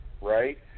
right